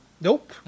nope